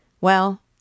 Well